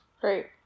Great